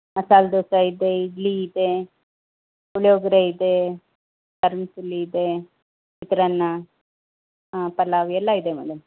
ಮಸಾಲೆ ದೋಸೆ ಇದೆ ಇಡ್ಲಿ ಇದೆ ಪುಳಿಯೋಗರೆ ಇದೆ ಇದೆ ಚಿತ್ರಾನ್ನ ಹಾಂ ಪಲಾವ್ ಎಲ್ಲ ಇದೆ ಮೇಡಮ್